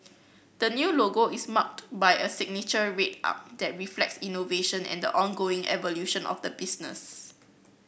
the new logo is marked by a signature red arc that reflects innovation and the ongoing evolution of the business